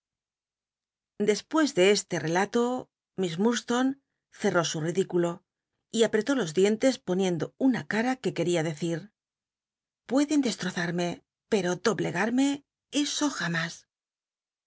despues de este relato miss liurdstone cerró su ridículo y aprc tó los dientes poniendo una cara que queria decir pueden destrozarme pero doblegarme eso jamás